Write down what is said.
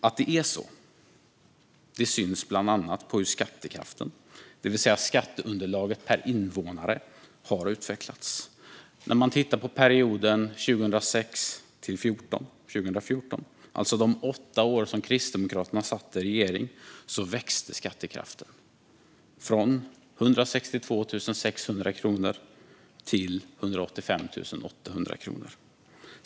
Att det är så syns bland annat på hur skattekraften, det vill säga skatteunderlaget per invånare, har utvecklats. När man tittar på perioden 2006-2014, alltså de åtta år som Kristdemokraterna satt i regeringen, ser man att skattekraften växte från 162 600 kronor till 185 800 kronor.